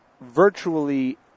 Virtually